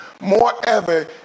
Moreover